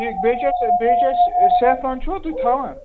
بیٚیہِ چھِ اَسہِ بیٚیہِ چھِ اَسہِ سٮ۪فران چھُوا تُہۍ تھاوان